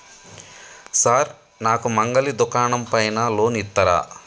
Sir నాకు మంగలి దుకాణం పైన లోన్ ఇత్తరా?